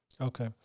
Okay